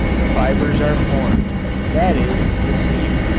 the fibers are formed that is, the seed.